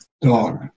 Dog